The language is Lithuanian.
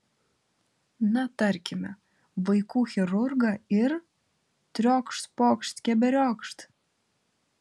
na tarkime vaikų chirurgą ir triokšt pokšt keberiokšt